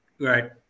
Right